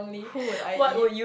who would I eat